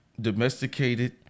domesticated